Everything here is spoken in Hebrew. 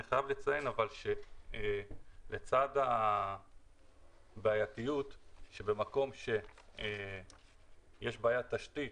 אני חייב לציין שלצד הבעייתיות שבמקום בו יש בעיית תשתית,